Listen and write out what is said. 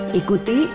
ikuti